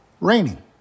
Raining